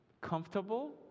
comfortable